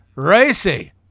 Racy